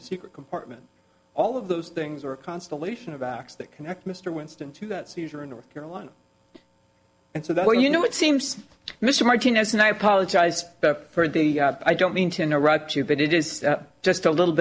a secret compartment all of those things are a constellation of acts that connect mr winston to that seizure in north carolina and so that you know it seems mr martinez and i apologize for the i don't mean to interrupt you but it is just a little